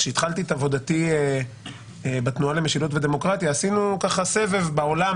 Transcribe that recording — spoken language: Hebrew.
כשהתחלתי את עבודתי בתנועה למשילות ודמוקרטיה עשינו ככה סבב בעולם,